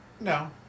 No